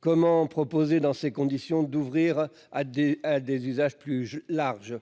Comment, dans ces conditions, proposer d'ouvrir à des usages plus larges ?